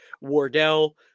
Wardell